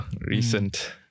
Recent